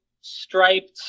striped